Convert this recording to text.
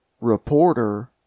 Reporter